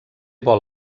vol